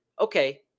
okay